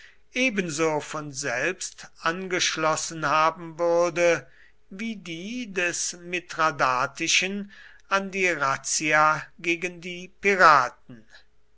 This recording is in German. ebenso von selbst angeschlossen haben würde wie die des mithradatischen an die razzia gegen die piraten